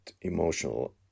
emotional